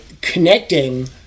connecting